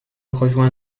rejoint